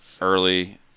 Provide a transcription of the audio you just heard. early